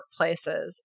workplaces